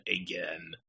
again